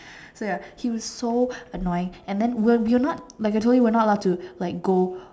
so ya he was so annoying and then we were we were not like although we were not allowed to like go